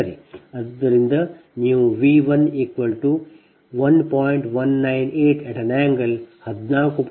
ಆದ್ದರಿಂದ ನೀವು V11